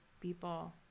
people